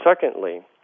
secondly